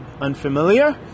unfamiliar